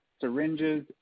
syringes